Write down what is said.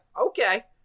okay